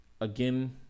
again